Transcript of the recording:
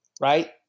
right